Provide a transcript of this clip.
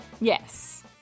Yes